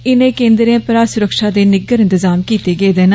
इनें केन्द्रें परा सुरक्षा दे निंगर इंतजाम किते गेदे न